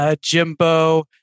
Jimbo